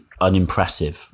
unimpressive